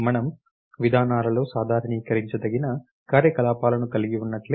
మనము విధానాలలో సాధారణీకరించదగిన కార్యకలాపాలను కలిగి ఉన్నట్లే